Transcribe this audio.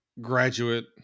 graduate